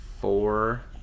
four